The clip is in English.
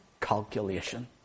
calculation